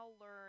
learn